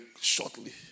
shortly